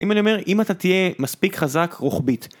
אם אני אומר, אם אתה תהיה מספיק חזק רוחבית.